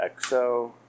XO